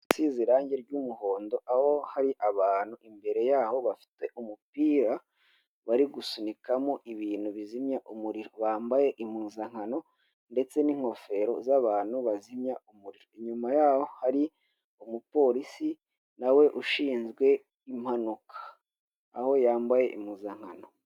Ahantu hari irangi ry’umuhondo, imbere haho hari abantu bafite umupira basunika ibintu bigenewe kuzimya umuriro. Bambaye impuzankano ndetse n’ingofero za bazimyariro. Inyuma haho hari umupolisi ushinzwe impanuka, na we yambaye impuzankano.